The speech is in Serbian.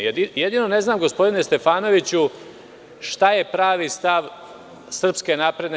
Jedino ne znam, gospodine Stefanoviću, šta je pravi stav SNS?